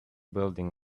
building